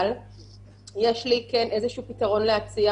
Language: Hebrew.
אבל יש לי כן איזשהו פתרון להציע.